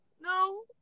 No